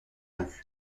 rue